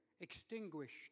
extinguished